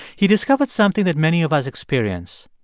he discovered something that many of us experience.